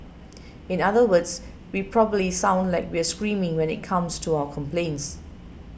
in other words we probably sound like we're screaming when it comes to our complaints